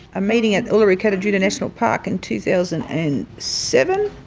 a meeting at the uluru-kata tjuta national park in two thousand and seven,